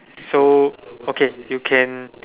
so okay you can